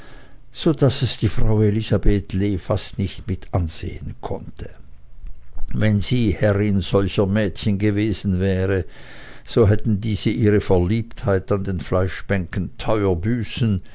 so daß es die frau elisabeth lee fast nicht mit ansehen konnte wenn sie die herrin solcher mädchen gewesen wäre so hätten diese ihre verliebtheit an den fleischbänken teuer büßen